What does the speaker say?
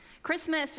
Christmas